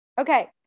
Okay